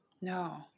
no